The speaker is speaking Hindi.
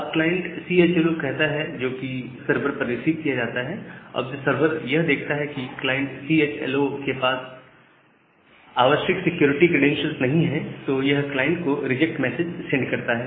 जब क्लाइंट सीएचएलओ कहता है जो कि सर्वर पर रिसीव किया जाता है और जब सर्वर यह देखता है कि क्लाइंट सीएचएलओ के पास आवश्यक सिक्योरिटी क्रैडेंशियल्स नहीं है तो यह क्लाइंट को रिजेक्ट मैसेज सेंड करता है